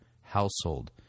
household